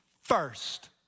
first